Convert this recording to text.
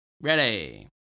Ready